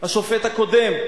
השופט הקודם,